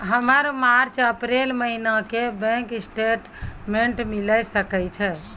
हमर March April महीना के बैंक स्टेटमेंट मिले सकय छै?